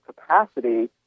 capacity